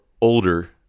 older